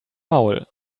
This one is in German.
maul